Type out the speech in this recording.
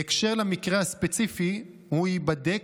בהקשר למקרה הספציפי, הוא ייבדק,